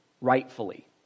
rightfully